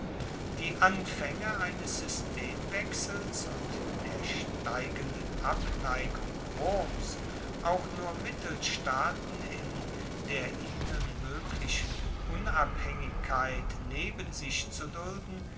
die anfaenge eines systemwechsels und der steigenden abneigung roms auch nur mittelstaaten in der ihnen moeglichen unabhaengigkeit neben sich zu dulden